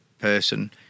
person